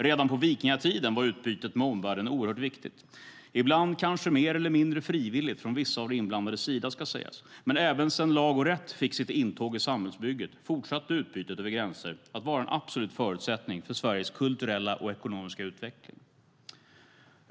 Redan på vikingatiden var utbytet med omvärlden oerhört viktigt - ibland kanske mer eller mindre frivilligt från vissa av de inblandades sida, ska sägas, men även sedan lag och rätt fick sitt intåg i samhällsbygget fortsatte utbytet över gränser att vara en absolut förutsättning för Sveriges kulturella och ekonomiska utveckling.